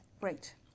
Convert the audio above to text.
Great